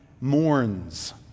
mourns